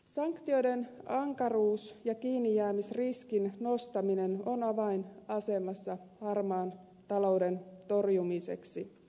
sanktioiden ankaruus ja kiinnijäämisriskin nostaminen ovat avainasemassa harmaan talouden torjumisessa